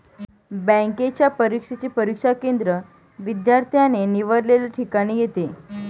बँकेच्या परीक्षेचे परीक्षा केंद्र विद्यार्थ्याने निवडलेल्या ठिकाणी येते